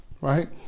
right